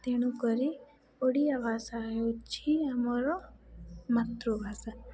ତେଣୁକରି ଓଡ଼ିଆ ଭାଷା ହେଉଛି ଆମର ମାତୃଭାଷା